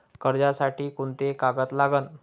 कर्जसाठी कोंते कागद लागन?